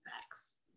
Thanks